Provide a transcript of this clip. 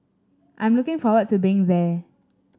I'm looking forward to being there